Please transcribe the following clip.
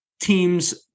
teams